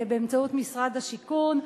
באמצעות משרד השיכון,